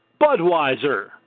Budweiser